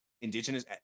indigenous